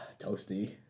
toasty